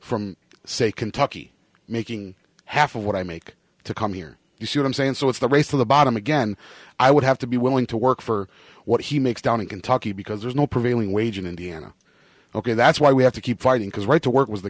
from say kentucky making half of what i make to come here you see what i'm saying so it's the race to the bottom again i would have to be willing to work for what he makes down in kentucky because there's no prevailing wage in indiana ok that's why we have to keep fighting because right to work was the